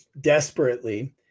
desperately